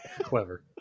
Clever